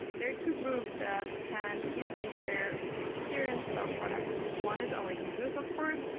there are two groups that can easily share the experience with our products. one is our users, of course.